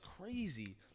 crazy